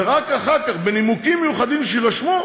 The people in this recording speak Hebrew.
ורק אחר כך, בנימוקים מיוחדים שיירשמו,